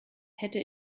hätte